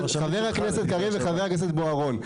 חבר הכנסת קריב וחבר הכנסת בוארון,